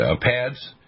pads